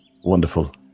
Wonderful